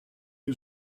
une